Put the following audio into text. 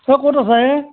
তই ক'ত আছ হে